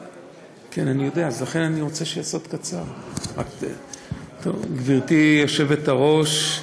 לכן אני רוצה, גברתי היושבת-ראש,